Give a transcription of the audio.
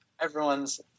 Everyone's